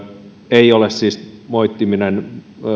ei ole siis moittiminen